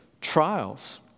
trials